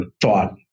thought